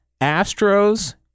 Astros